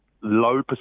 low